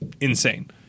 insane